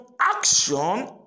action